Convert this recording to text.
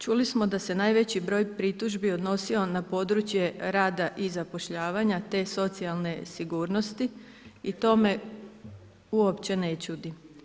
Čuli smo da se najveći broj pritužbi odnosio na područje rada i zapošljavanja te socijalne sigurnosti i to me uopće ne čudi.